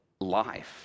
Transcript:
life